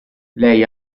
lei